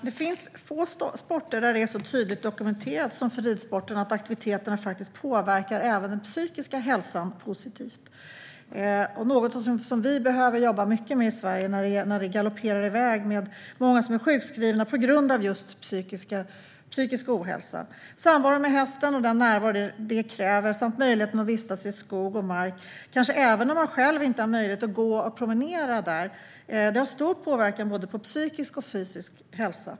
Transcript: Herr talman! Det är få sporter där det är så tydligt dokumenterat som när det gäller ridsporten att aktiviteterna faktiskt påverkar även den psykiska hälsan positivt. Det är någonting som vi behöver jobba mycket med i Sverige när antalet personer som är sjukskrivna på grund av just psykisk ohälsa galopperar iväg. Samvaron med hästen och den närvaro det kräver samt möjligheten att vistas i skog och mark, kanske även om man själv inte har möjlighet att gå och promenera där, har stor påverkan på både psykisk och fysisk hälsa.